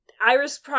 Iris